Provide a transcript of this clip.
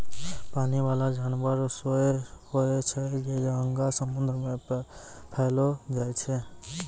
पानी बाला जानवर सोस होय छै जे गंगा, समुन्द्र मे पैलो जाय छै